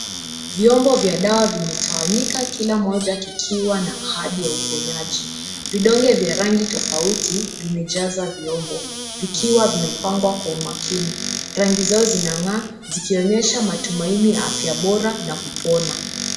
Vyombo vya dawa vimetawanyika kila moja kikiwa na ahadi ya uponyaji. Vidonge vya rangi tofauti vimejaza vyombo vikiwa vimepangwa kwa umakini. Rangi zao zinang'aa zikionyesha matumaini ya afya bora na kupona.